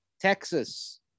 Texas